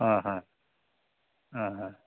হয় হয়